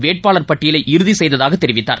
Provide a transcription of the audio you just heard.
வேட்பாளர் பட்டியலை இறுதி செய்ததாக தெரிவித்தார்